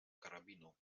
karabinu